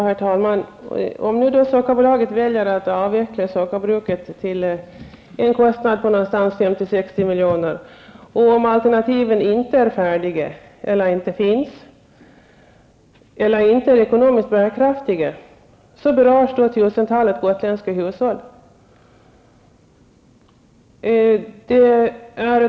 Herr talman! Om sockerbolaget nu väljer att avveckla sockerbruket till en kostnad av 50--60 miljoner och om alternativen inte finns, inte är färdiga eller inte är ekonomiskt bärkraftiga berörs tusentalet gotländska hushåll.